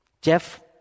Jeff